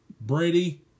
Brady